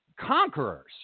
conquerors